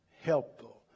helpful